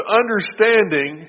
understanding